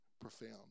profound